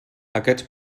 aquests